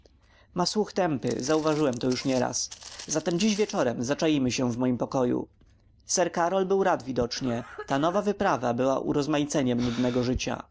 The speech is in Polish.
ma słuch tępy zauważyłem to już nieraz zatem dziś wieczorem zaczaimy się w moim pokoju sir karol był rad widocznie ta nowa wyprawa była urozmaiceniem nudnego życia